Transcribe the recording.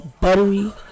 buttery